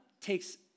takes